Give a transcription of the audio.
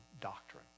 doctrine